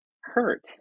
hurt